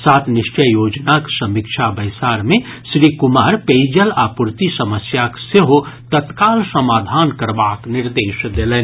सात निश्चय योजनाक समीक्षा बैसार मे श्री कुमार पेयजल आपूर्ति समस्याक सेहो तत्काल समाधान करबाक निर्देश देलनि